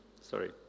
sorry